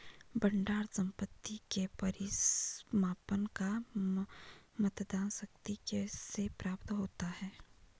भंडार संपत्ति के परिसमापन या मतदान शक्ति से प्राप्त होता है